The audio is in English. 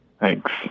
Thanks